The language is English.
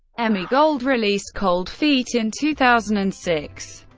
emi gold released cold feet in two thousand and six.